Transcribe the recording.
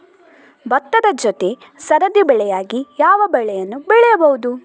ಭತ್ತದ ಜೊತೆ ಸರದಿ ಬೆಳೆಯಾಗಿ ಯಾವ ಬೆಳೆಯನ್ನು ಬೆಳೆಯಬಹುದು?